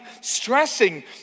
stressing